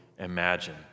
Imagine